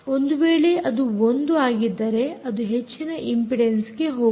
ಒಂದು ವೇಳೆ ಅದು 1 ಆಗಿದ್ದರೆ ಅದು ಹೆಚ್ಚಿನ ಇಂಪಿಡೆನ್ಸ್ಗೆ ಹೋಗುತ್ತದೆ